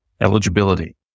eligibility